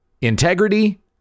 Integrity